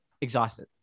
exhausted